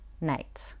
night